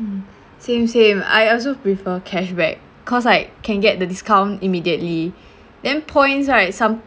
mm same same I also prefer cashback cause like can get the discount immediately then points right some